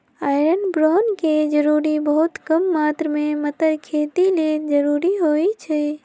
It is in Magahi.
आयरन बैरौन के जरूरी बहुत कम मात्र में मतर खेती लेल जरूरी होइ छइ